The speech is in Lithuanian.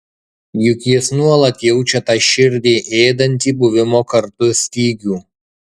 juk jis nuolat jaučia tą širdį ėdantį buvimo kartu stygių